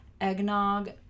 Eggnog